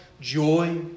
joy